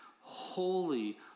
holy